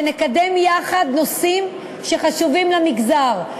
שנקדם יחד נושאים שחשובים למגזר.